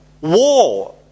war